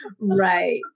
Right